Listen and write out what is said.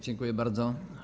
Dziękuję bardzo.